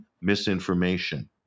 misinformation